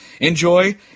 Enjoy